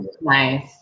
Nice